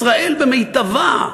ישראל במיטבה.